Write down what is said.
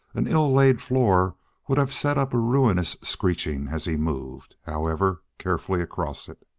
an ill-laid floor would have set up a ruinous screeching as he moved, however carefully, across it.